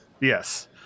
Yes